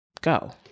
go